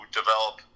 develop